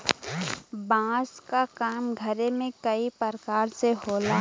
बांस क काम घरे में कई परकार से होला